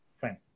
fine